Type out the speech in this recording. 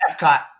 epcot